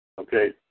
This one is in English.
Okay